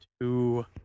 two